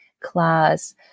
class